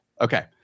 Okay